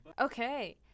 Okay